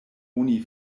oni